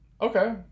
Okay